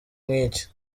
nk’iki